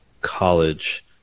college